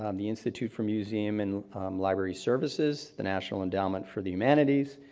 um the institute for museum and library services, the national endowment for the humanities,